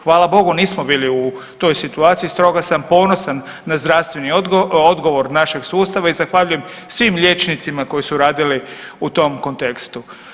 Hvala Bogu nismo bili u toj situaciji, stoga sam ponosan na zdravstveni odgovor našeg sustava i zahvaljujem svim liječnicima koji su radili u tom kontekstu.